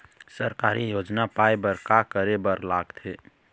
सरकारी योजना पाए बर का करे बर लागथे?